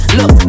Look